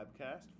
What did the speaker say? webcast